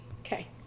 okay